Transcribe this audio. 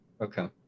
Okay